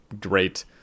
great